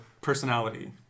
personality